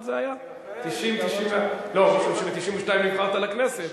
תועבר להכנתה לקריאה השנייה והשלישית בוועדת הכלכלה של הכנסת.